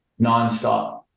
nonstop